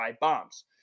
bombs